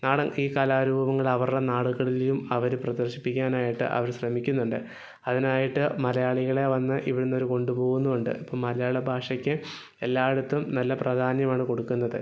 നാടൻ ഈ കലാരൂപങ്ങൾ അവരുടെ നാടുകളിലും അവർ പ്രദർശിപ്പിക്കാനായിട്ട് അവർ ശ്രമിക്കുന്നുണ്ട് അതിനായിട്ട് മലയാളികളെ വന്ന് ഇവിടെ നിന്ന് അവർ കൊണ്ടുപോകുന്നുമുണ്ട് ഇപ്പം മലയാള ഭാഷയ്ക്ക് എല്ലായിടത്തും നല്ല പ്രധാന്യമാണ് കൊടുക്കുന്നത്